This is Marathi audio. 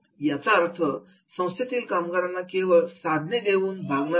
याचा अर्थ संस्थेतील कामगारांना केवळ साधने देऊन भागणार नाही